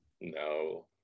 no